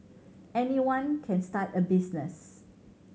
anyone can start a business